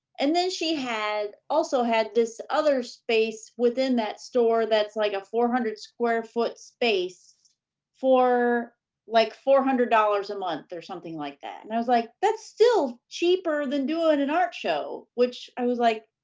and then, she also had this other space within that store that's like a four hundred square foot space for like four hundred dollars a month or something like that, and i was like, that's still cheaper than doing an art show which i was like.